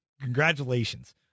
Congratulations